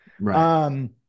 right